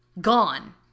Gone